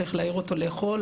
צריך להעיר אותו לאכול,